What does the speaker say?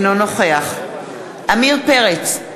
אינו נוכח עמיר פרץ,